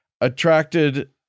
attracted